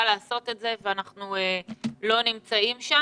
לעשות את זה ואנחנו לא נמצאים שם.